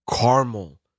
caramel